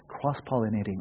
cross-pollinating